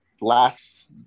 last